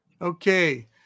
Okay